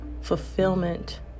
fulfillment